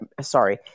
Sorry